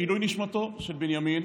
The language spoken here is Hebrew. לעילוי נשמתו של בנימין